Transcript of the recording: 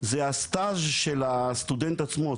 זה הסטאז' של הסטודנט עצמו,